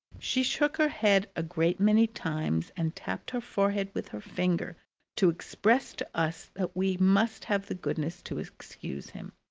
she shook her head a great many times and tapped her forehead with her finger to express to us that we must have the goodness to excuse him,